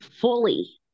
fully